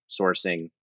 sourcing